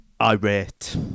irate